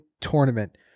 tournament